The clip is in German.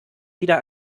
wieder